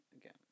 again